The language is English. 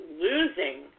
losing